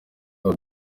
yabo